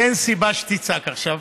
כי אין סיבה שתצעק עכשיו,